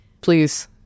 please